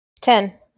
Ten